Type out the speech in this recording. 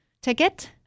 ticket